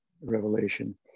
revelation